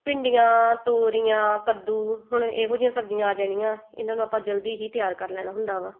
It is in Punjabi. ਭਿੰਡੀਆਂ ਤੋਰੀਆਂ ਕੱਦੂ ਹੁਣ ਇਹੋ ਜਿਹੀਆਂ ਸਬਜ਼ੀਆਂ ਆ ਜਾਣੀਆਂ ਇਹਨਾਂ ਨੂੰ ਆਪਾਂ ਜਲਦੀ ਹੀ ਤਿਆਰ ਕਰ ਲੈਣਾ ਹੁੰਦਾ ਵਾ